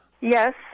Yes